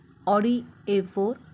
Audi a four